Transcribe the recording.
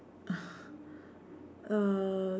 uh uh